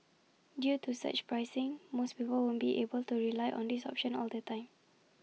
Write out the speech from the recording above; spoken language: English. due to surge pricing most people won't be able to rely on this option all the time